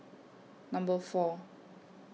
Number four